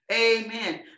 amen